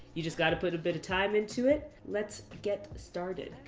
you just got to put a bit of time into it. let's get started.